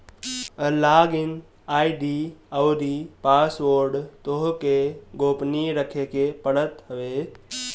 log in ID अउरी password तोहके गोपनीय रखे के पड़त हवे